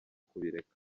kubireka